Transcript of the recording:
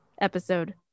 episode